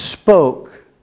Spoke